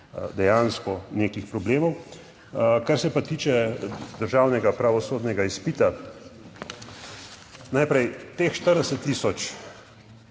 dejansko nekih problemov. Kar se pa tiče državnega pravosodnega izpita. Najprej, teh 40 tisoč,